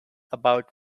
about